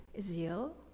zeal